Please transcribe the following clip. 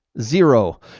Zero